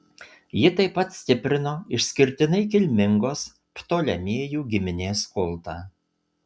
ji taip pat stiprino išskirtinai kilmingos ptolemėjų giminės kultą